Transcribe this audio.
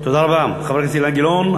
תודה רבה, חבר הכנסת אילן גילאון.